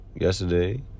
yesterday